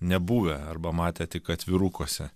nebuvę arba matę tik atvirukuose